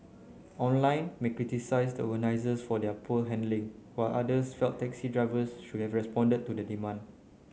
online may criticised the organisers for their poor handling while others felt taxi drivers should have responded to the demand